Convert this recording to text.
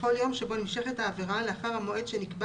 לכל יום שבו נמשכת העבירה לאחר המועד שנקבע